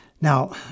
Now